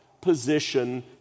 position